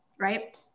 right